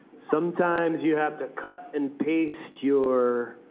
sometimes you have to cut and paste your